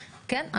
כן,